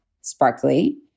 sparkly